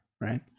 right